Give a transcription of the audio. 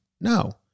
no